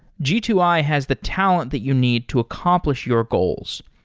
g two i has the talent that you need to accomplish your goals.